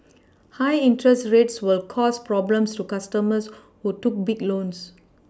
high interest rates will cause problems to customers who took big loans